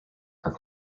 are